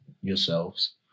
yourselves